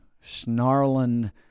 snarling